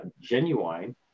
genuine